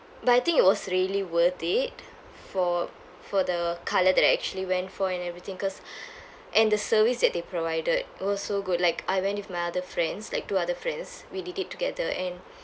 but I think it was really worth it for for the colour that I actually went for and everything cause and the service that they provided it was so good like I went with my other friends like two other friends we did it together and